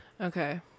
Okay